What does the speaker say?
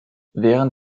während